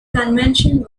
convention